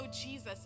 Jesus